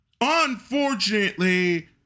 unfortunately